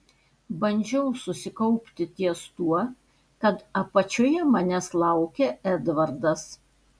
bandžiau susikaupti ties tuo kad apačioje manęs laukė edvardas